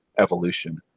evolution